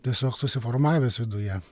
tiesiog susiformavęs viduje